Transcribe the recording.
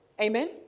Amen